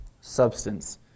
substance